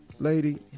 Lady